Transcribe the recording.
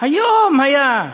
היום היה.